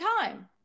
time